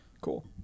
Cool